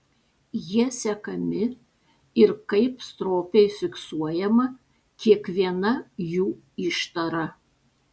jie sekami ir kaip stropiai fiksuojama kiekviena jų ištara